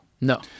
no